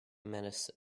medicine